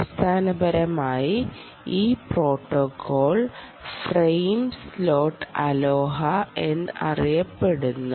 അടിസ്ഥാനപരമായി ഈ protocol frame slot Aloha എന്നറിയപ്പെടുന്നു